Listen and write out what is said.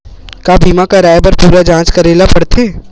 का बीमा कराए बर पूरा जांच करेला पड़थे?